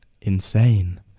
insane